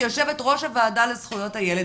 כיושבת-ראש הוועדה לזכויות הילד,